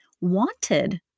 wanted